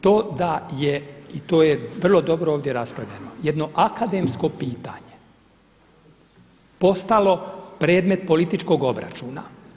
To da je i to je vrlo dobro ovdje raspravljeno, jedno akademsko pitanje postalo predmet političkog obračuna.